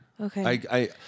Okay